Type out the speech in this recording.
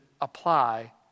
apply